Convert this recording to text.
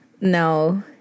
No